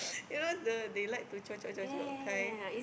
you know the they like to cocok cocok kind